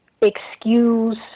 excuse